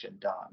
done